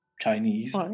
Chinese